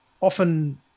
often